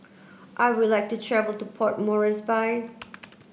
I would like to travel to Port Moresby